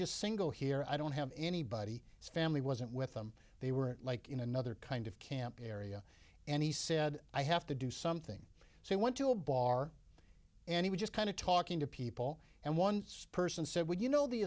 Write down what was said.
just single here i don't have anybody family wasn't with them they were like in another kind of camping area and he said i have to do something so i went to a bar and he just kind of talking to people and once person said well you know the